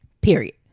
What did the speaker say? period